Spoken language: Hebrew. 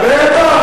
בטח,